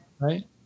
Right